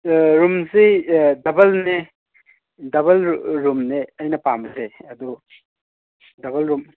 ꯔꯨꯝꯁꯤ ꯗꯕꯜꯅꯦ ꯗꯕꯜ ꯔꯨꯝꯅꯦ ꯑꯩꯅ ꯄꯥꯝꯕꯁꯦ ꯑꯗꯨ ꯗꯕꯜ ꯔꯨꯝ